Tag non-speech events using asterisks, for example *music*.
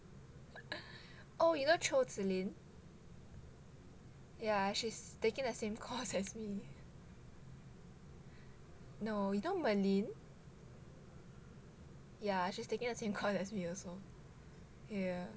*laughs* oh you know cho zi lin yeah she's taking that same course as me no you know merlin yeah she's taking the same course as me also yeah